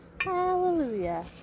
Hallelujah